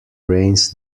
rains